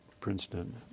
Princeton